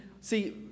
See